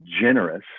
generous